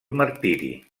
martiri